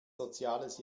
soziales